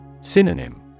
Synonym